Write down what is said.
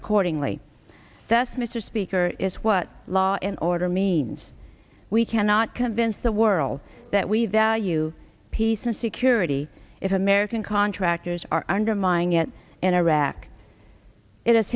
accordingly that's mr speaker is what law in order means we cannot convince the world that we value peace and security if american contractors are undermining it in iraq i